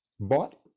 bought